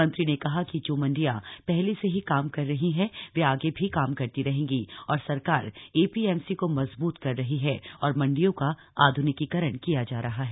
मंत्री ने कहा कि जो मंडियां पहले से ही काम कर रही हैं वे आगे भी काम करती रहेंगी और सरकार एपीएमसी को मजबूत कर रही है और मंडियों का आध्निकीकरण किया जा रहा है